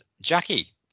Jackie